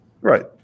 Right